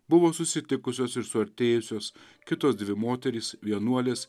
buvo susitikusios ir suartėjusios kitos dvi moterys vienuolės